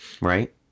Right